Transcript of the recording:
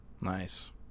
Nice